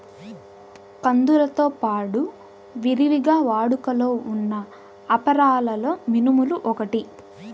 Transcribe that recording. కందులతో పాడు విరివిగా వాడుకలో ఉన్న అపరాలలో మినుములు ఒకటి